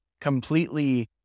completely